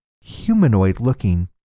humanoid-looking